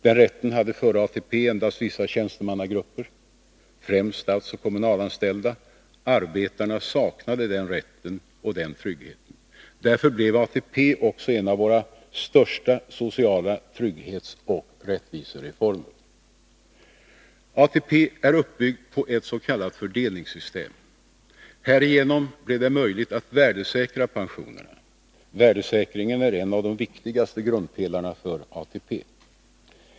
Den rätten hade före ATP endast vissa tjänstemannagrupper, främst statsoch kommunalanställda. Arbetarna saknade den rätten och den tryggheten. Därför blev ATP också en av våra största sociala trygghetsoch rättvisereformer. ATP är uppbyggd på ett s.k. fördelningssystem. Härigenom blev det möjligt att värdesäkra pensionerna. Värdesäkringen är en av de viktigaste grundpelarna för ATP.